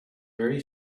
very